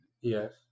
Yes